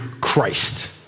christ